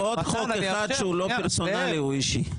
זה עוד חוק אחד שהוא לא פרסונלי, הוא אישי.